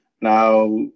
now